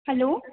hello